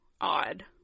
odd